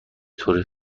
طور